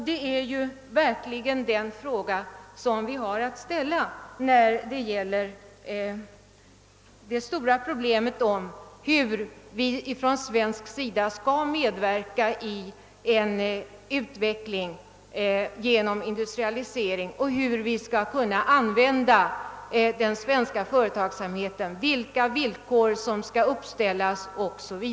Detta är verkligen den fråga vi har anledning ställa när det gäller det stora problemet hur Sverige skall medverka till en utveckling genom industrialisering och hur den svenska företagsamheten skall kunna användas, vilka villkor som skall uppställas o. s. v.